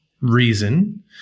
reason